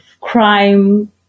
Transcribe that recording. crime